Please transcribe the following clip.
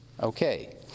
okay